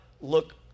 look